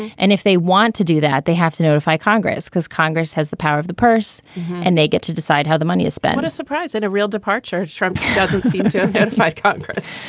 and if they want to do that, they have to notify congress because congress has the power of the purse and they get to decide how the money is spent. a surprise and a real departure from doesn't seem to notify congress.